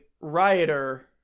rioter –